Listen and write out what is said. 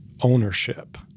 ownership